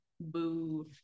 Boo